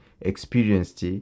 experienced